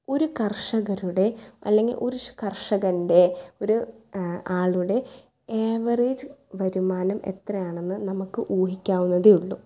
ഒരു കർഷകരുടെ അല്ലെങ്കിൽ ഒരു കർഷകൻ്റെ ഒരു ആളുടെ ഏവറേജ് വരുമാനം എത്രയാണെന്ന് നമുക്ക് ഊഹിക്കാവുന്നതേ ഉള്ളു